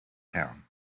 town